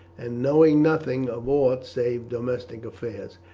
and knowing nothing of aught save domestic affairs.